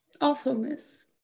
awfulness